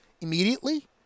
immediately